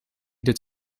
doet